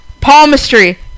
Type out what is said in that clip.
Palmistry